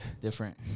different